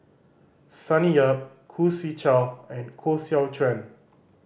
Sonny Yap Khoo Swee Chiow and Koh Seow Chuan